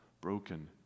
broken